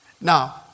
Now